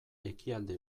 ekialde